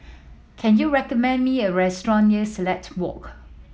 can you recommend me a restaurant near Silat Walk